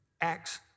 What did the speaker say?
acts